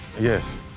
Yes